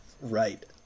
right